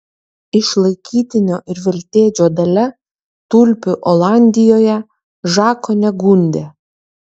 išlaikytinio ir veltėdžio dalia tulpių olandijoje žako negundė